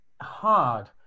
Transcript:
hard